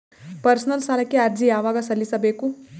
Personal ಸಾಲಕ್ಕೆ ಅರ್ಜಿ ಯವಾಗ ಸಲ್ಲಿಸಬೇಕು?